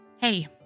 Hey